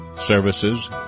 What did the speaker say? services